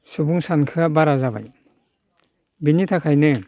सुबुं सानखोआ बारा जाबाय बेनि थाखायनो